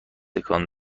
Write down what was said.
تکان